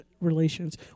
relations